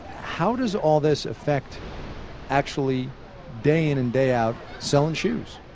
how does all this affect actually day-in and day-out selling shoes?